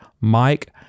Mike